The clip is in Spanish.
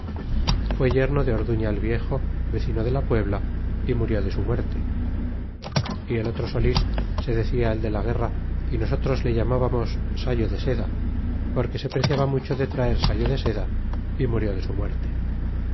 fué yerno de orduña el viejo vecino de la puebla y murió de su muerte y el otro de solís se decia el de la guerra y nosotros le llamábamos sayo de seda porque se preciaba mucho de traer sayo de seda y murió de su muerte